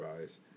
eyes